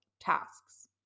tasks